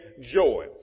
joy